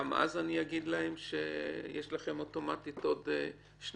גם אז אני אגיד לכם יש לכם אוטומטית עוד שנתיים,